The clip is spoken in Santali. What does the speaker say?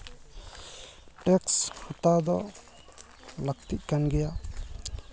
ᱴᱮᱠᱥ ᱱᱮᱛᱟᱨ ᱫᱚ ᱞᱟᱹᱠᱛᱤᱜ ᱠᱟᱱ ᱜᱮᱭᱟ